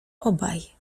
obaj